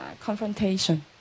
confrontation